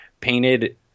painted